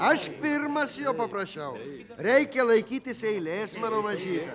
aš pirmas jo paprašiau reikia laikytis eilės mano mažyte